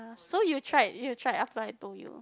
so you tried you tried after I told you